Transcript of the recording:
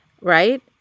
Right